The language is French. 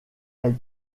elle